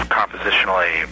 compositionally